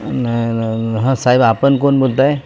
नाही नाही हां साहेब आपण कोण बोलत आहे